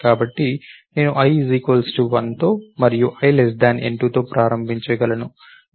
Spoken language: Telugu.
కాబట్టి నేను i 1తో మరియు i n2 తో ప్రారంభించగలను